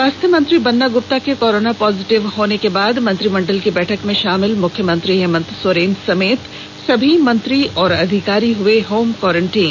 स्वास्थ्य मंत्री बन्ना गुप्ता के कोरोना पॉजिटिव होने के बाद मंत्रिमंडल की बैठक में शामिल मुख्यमंत्री हेमंत सोरेन समेत सभी मंत्री और अधिकारी हुए होम क्वारेंटाइन